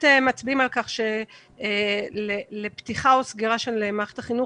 מצביעים על כך שלפתיחה או לסגירה של מערכת החינוך,